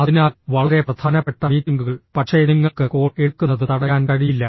അതിനാൽ വളരെ പ്രധാനപ്പെട്ട മീറ്റിംഗുകൾ പക്ഷേ നിങ്ങൾക്ക് കോൾ എടുക്കുന്നത് തടയാൻ കഴിയില്ല